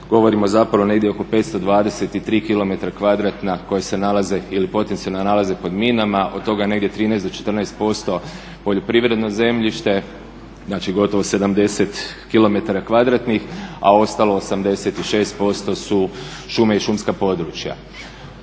govorimo negdje oko 523km kvadratna koja se nalaze ili potencijalno nalaze pod minama, od toga negdje 13 do 14% poljoprivredno zemljište, znači gotovo 70km kvadratnih, a ostalo 86% su šume i šumska područja.